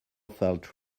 felt